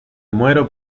muero